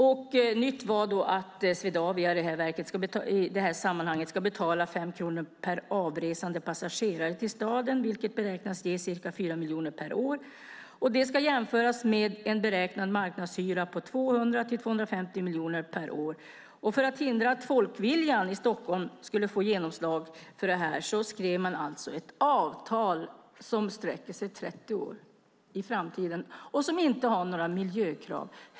Nytt var då att Swedavia ska betala 5 kronor per avresande passagerare till staden, vilket beräknas ge ca 4 miljoner per år. Det ska jämföras med en beräknad marknadshyra på 200-250 miljoner kronor per år. Och för att hindra att folkviljan i Stockholm skulle få genomslag här skrev man alltså ett avtal som sträcker sig 30 år framåt och som inte har några miljökrav.